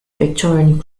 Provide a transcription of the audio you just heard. victorian